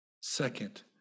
Second